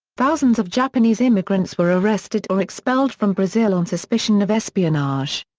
thousands of japanese immigrants were arrested or expelled from brazil on suspicion of espionage.